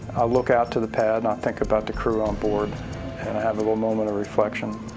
look out to the pad and i think about the crew on board and i have a little moment of reflection